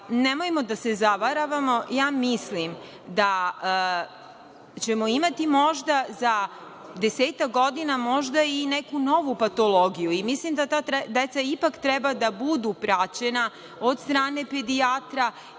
Nemojmo da se zavaravamo, mislim da ćemo imati možda za desetak godina i neku novu patologiju i mislim da ta deca ipak treba da budu praćena od strane pedijatra